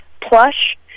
Plush